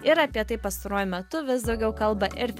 ir apie tai pastaruoju metu vis daugiau kalba ir